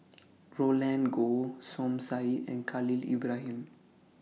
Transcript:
Roland Goh Som Said and Khalil Ibrahim